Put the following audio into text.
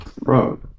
Bro